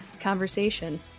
conversation